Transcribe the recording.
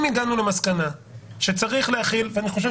אם הגענו למסקנה שצריך להחיל ואני חושב